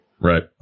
Right